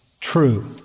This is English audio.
true